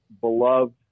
beloved